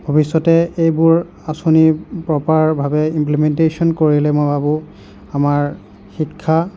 ভৱিষ্যতে এইবোৰ আঁচনি প্ৰ'পাৰভাৱে ইমপ্লিমেইনটেশ্যন কৰিলে মই ভাবোঁ আমাৰ শিক্ষা